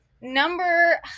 Number